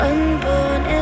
Unborn